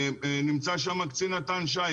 נמצא שם קצין את"ן שי,